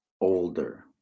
older